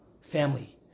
family